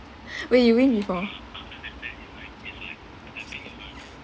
when you win before